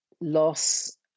loss